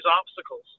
obstacles